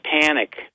panic